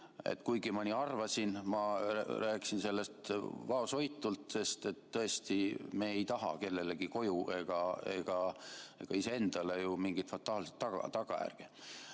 Kuigi ma nii arvasin, siis ma rääkisin sellest vaoshoitult, sest tõesti me ei taha kellelegi koju ega iseendale mingeid fataalseid tagajärgi. Kui